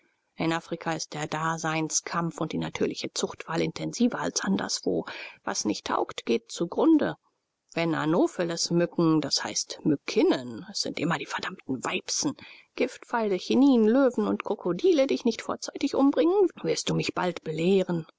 in afrika ist der daseinskampf und die natürliche zuchtwahl intensiver als anderswo was nicht taugt geht zugrunde wenn anophelesmücken d h mückinnen es sind immer die verdammten weibsen giftpfeile chinin löwen und krokodile dich nicht vorzeitig umbringen wirst du mich bald belehren